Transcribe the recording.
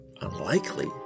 unlikely